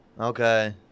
Okay